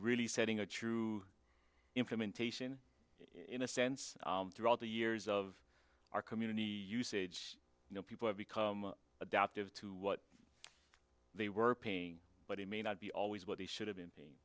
really setting a true implementation in a sense throughout the years of our community usage you know people have become adaptive to what they were paying but it may not be always what they should have been